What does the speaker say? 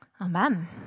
Amen